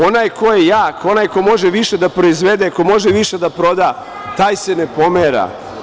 Onaj ko je jak, onaj ko može više da proizvede, ko može više da proda, taj se ne pomera.